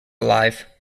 alive